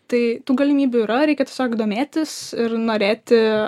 tai tų galimybių yra reikia tiesiog domėtis ir norėti